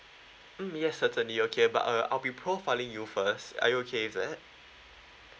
mm yes certainly okay but uh I'll be profiling you first are you okay with that